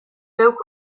geuk